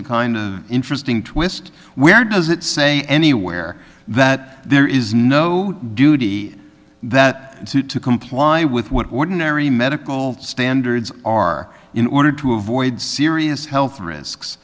a kind of interesting twist where does it say anywhere that there is no duty that to comply with what ordinary medical standards are in order to avoid serious health risks